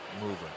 moving